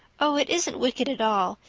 oh, it isn't wicked at all.